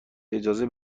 اجازه